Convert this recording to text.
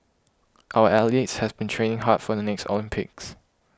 our athletes have been training hard for the next Olympics